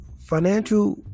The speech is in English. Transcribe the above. financial